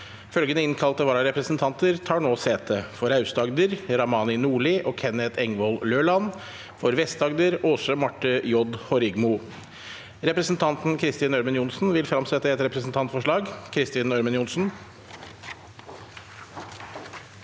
Følgende innkalte vararepresentanter tar nå sete: For Aust-Agder: Ramani Nordli og Kenneth Engvoll Løland For Vest-Agder: Aase Marthe J. Horrigmo Representanten Kristin Ørmen Johnsen vil framsette et representantforslag. Kristin Ørmen Johnsen